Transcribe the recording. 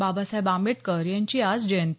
बाबासाहेब आंबेडकर यांची आज जयंती